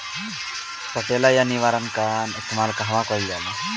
पटेला या निरावन का इस्तेमाल कहवा कइल जाला?